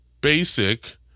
basic